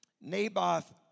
Naboth